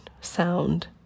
sound